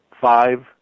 five